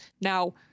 now